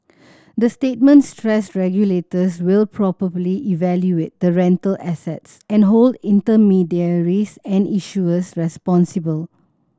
the statement stressed regulators will probably evaluate the rental assets and hold intermediaries and issuers responsible